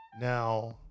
Now